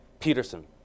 Peterson